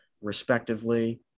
respectively